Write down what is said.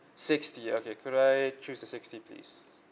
sixty okay could I choose the sixty please